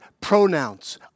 pronouns